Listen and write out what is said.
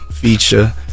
Feature